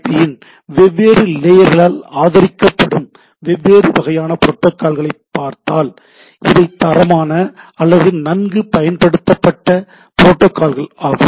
பியின் வெவ்வேறு லேயர்களால் ஆதரிக்கப்படும் வெவ்வேறு வகையான புரோட்டோகால்களைப் பார்த்தால் இவை தரமான அல்லது நன்கு பயன்படுத்தப்பட்ட புரோட்டோகால்கள் ஆகும்